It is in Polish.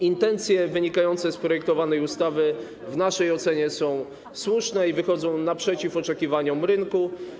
Intencje wynikające z projektowanej ustawy w naszej ocenie są słuszne i wychodzą naprzeciw oczekiwaniom rynku.